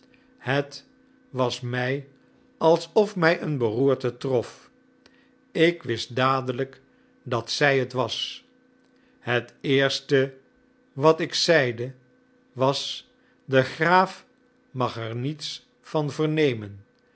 het was mij alsof mij een beroerte trof ik wist dadelijk dat zij het was het eerste wat ik zeide was de graaf mag er niets van vernemen